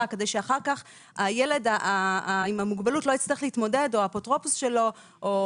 כדי שאחר כך הילד עם המוגבלות או האפוטרופוס שלו או